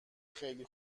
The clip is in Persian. خیلی